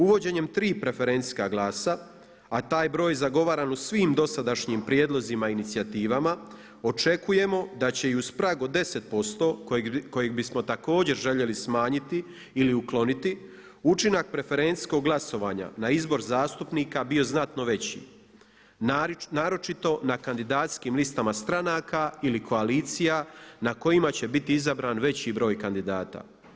Uvođenjem tri preferencijska glasa, a taj broj zagovaran u svim dosadašnjim prijedlozima i inicijativama očekujemo da će i uz prag od 10% kojeg bismo također željeli smanjiti ili ukloniti, učinak preferencijskog glasovanja na izbor zastupnika bio znatno veći, naročito na kandidacijskim listama stranaka ili koalicija na kojima će biti izabran veći broj kandidata.